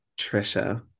trisha